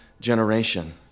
generation